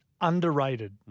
Underrated